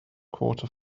quarter